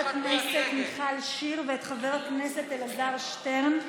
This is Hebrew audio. הכנסת מיכל שיר ואת חבר הכנסת אלעזר שטרן: